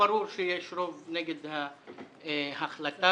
שיש רוב נגד ההחלטה.